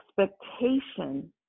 expectation